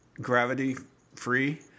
gravity-free—